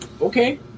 Okay